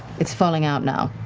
it's falling out now.